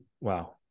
wow